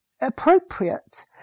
appropriate